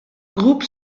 groupe